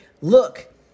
look